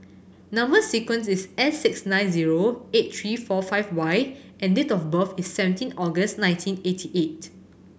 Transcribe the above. number sequence is S six nine zero eight three four five Y and date of birth is seventeen August nineteen eighty eight